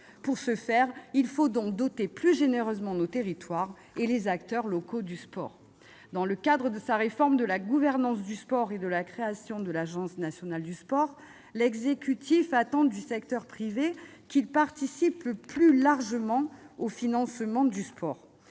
Pour ce faire, il faut doter plus généreusement nos territoires et les acteurs locaux du sport. Dans le cadre de sa réforme de la gouvernance du sport et de la création de l'Agence nationale du sport, l'exécutif attend du secteur privé qu'il participe plus largement au financement du sport.